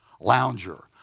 lounger